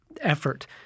effort